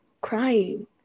crying